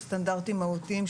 או ששטח המחיה המינימלי,